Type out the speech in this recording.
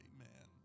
Amen